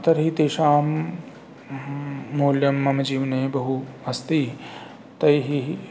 तर्हि तेषां मौल्यं मम जीवने बहु अस्ति तैः